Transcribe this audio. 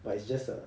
but it's just that